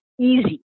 easy